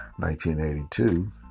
1982